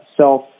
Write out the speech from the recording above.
self